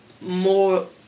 more